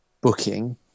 booking